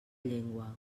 llengua